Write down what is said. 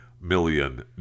million